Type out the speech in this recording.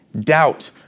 doubt